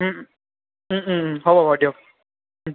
হ'ব বাৰু দিয়ক